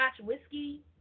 Whiskey